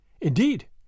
Indeed